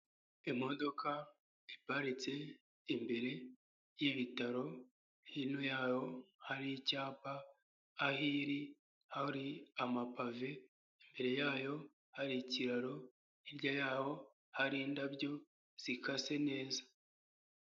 Imodoka iparitse imbere y'ibitaro, hino y'aho hari icyapa, aho iri hari amapave, imbere yayo hari ikiraro, hirya y'aho hari indabyo zikase neza.